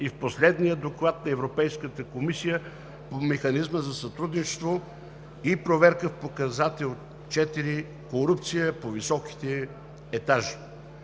и в последния доклад на Европейската комисия по механизма за сътрудничество и проверка в Показател IV „Корупция по високите етажи“.